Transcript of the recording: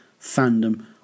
fandom